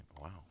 Wow